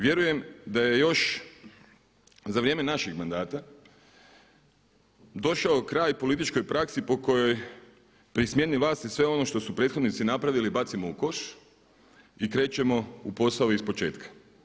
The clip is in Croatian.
Vjerujem da je još za vrijeme našeg mandata došao kraj političkoj praksi po kojoj pri smjeni vlasti sve ono što su prethodnici napravili bacimo u koš i krećemo u posao ispočetka.